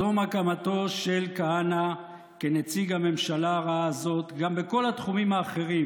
זאת מגמתו של כהנא כנציג הממשלה הרעה הזאת גם בכל התחומים האחרים,